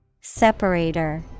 Separator